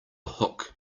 hook